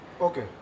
Okay